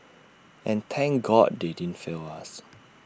and thank God they didn't fail us